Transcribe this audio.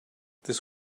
this